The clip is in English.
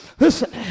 Listen